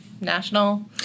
national